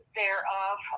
thereof